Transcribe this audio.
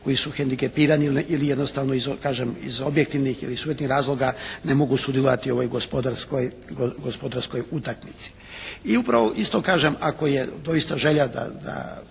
koji su hendikepirani ili jednostavno kažem iz objektivnih ili subjektivnih razloga ne mogu sudjelovati u ovoj gospodarskoj utakmici. I upravo isto kažem ako je doista želja da